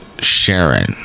sharon